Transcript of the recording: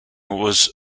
was